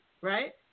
right